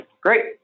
Great